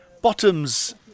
bottoms